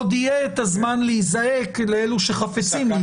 עוד יהיה את הזמן לזעוק לאלו שחפצים בכך.